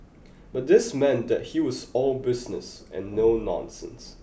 but this meant that he was all business and no nonsense